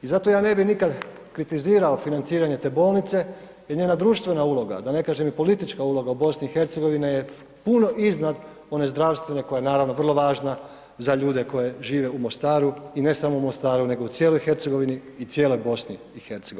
I zato ja ne bih nikada kritizirao financiranje te bolnice jer njena društvena uloga, da ne kažem i politička uloga u BiH je puno iznad one zdravstvene koja je naravno vrlo važna za ljude koji žive u Mostaru i ne samo u Mostaru nego u cijeloj Hercegovini i cijeloj BiH.